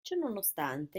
ciononostante